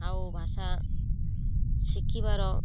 ଆଉ ଭାଷା ଶିଖିବାର